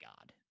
god